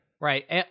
Right